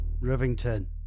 Rivington